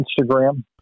Instagram